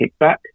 kickback